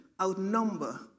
outnumber